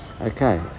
Okay